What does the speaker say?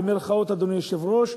אדוני היושב-ראש,